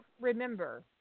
remember